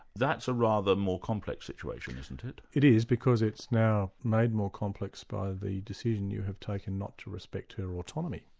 that's a rather more complex situation isn't it? it is, because it's now made more complex by the decision you have taken not to respect her autonomy,